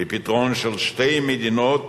לפתרון של שתי מדינות